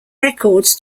records